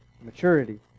Maturity